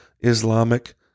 Islamic